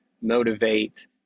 motivate